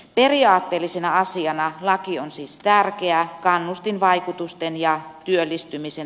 periaatteellisena asiana laki on siis tärkeä kannustinvaikutusten ja työllistymisen